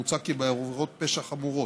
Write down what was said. מוצע כי בעבירות פשע חמורות,